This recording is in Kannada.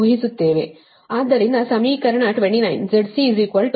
ಆದ್ದರಿಂದ ಸಮೀಕರಣ 29 ZC small zsmall y